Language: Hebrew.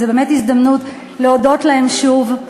זו באמת הזדמנות להודות להם שוב,